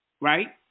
right